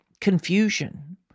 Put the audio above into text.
confusion